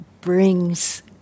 brings